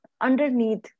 underneath